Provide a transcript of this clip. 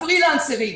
הפרילנסרים,